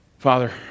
Father